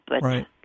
Right